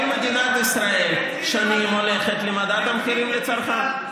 כל מדינת ישראל, שנים הולכת למדד המחירים לצרכן.